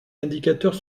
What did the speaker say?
indicateurs